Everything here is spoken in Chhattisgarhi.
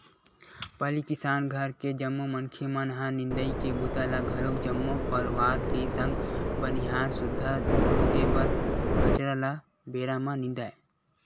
पहिली किसान घर के जम्मो मनखे मन ह निंदई के बूता ल घलोक जम्मो परवार के संग बनिहार सुद्धा खुदे बन कचरा ल बेरा म निंदय